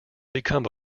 become